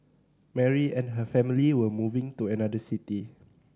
Mary and her family were moving to another city